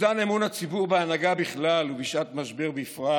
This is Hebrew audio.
אובדן אמון הציבור בהנהגה בכלל ובשעת משבר בפרט